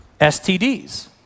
STDs